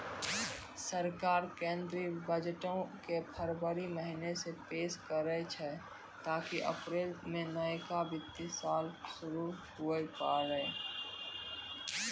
सरकार केंद्रीय बजटो के फरवरी महीना मे पेश करै छै ताकि अप्रैल मे नयका वित्तीय साल शुरू हुये पाड़ै